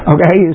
Okay